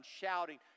shouting